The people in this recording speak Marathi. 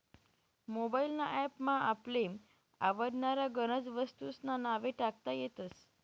मोबाइल ना ॲप मा आपले आवडनारा गनज वस्तूंस्ना नावे टाकता येतस